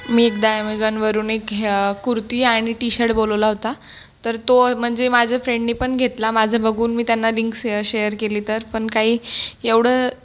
मी एकदा ॲमेझॉनवरून एक हे कुर्ती आणि टी शर्ट बोलवला होता तर तो म्हणजे माझ्या फ्रेंडनी पण घेतला माझं बघून मी त्यांना लिंक से शेअर केली तर पण काही एवढं